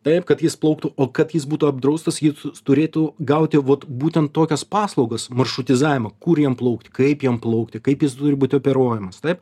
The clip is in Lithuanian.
taip kad jis plauktų o kad jis būtų apdraustas jis turėtų gauti vot būtent tokias paslaugas maršrutizavimo kur jam plaukti kaip jam plaukti kaip jis turi būti operuojamas taip